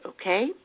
okay